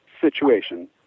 Situation